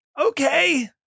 Okay